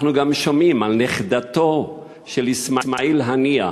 אנחנו גם שומעים על נכדתו של אסמאעיל הנייה,